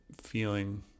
feeling